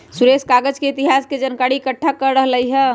सुरेश कागज के इतिहास के जनकारी एकट्ठा कर रहलई ह